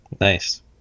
Nice